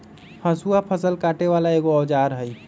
हसुआ फ़सल काटे बला एगो औजार हई